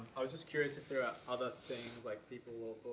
i was just curious if there were other things, like people